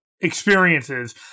experiences